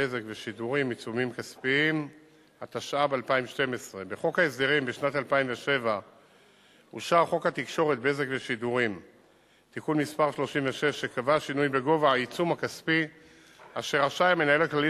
בגובה העיצום הכספי אשר רשאי המנהל הכללי